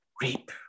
reap